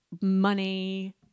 money